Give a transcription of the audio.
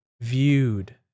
viewed